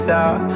out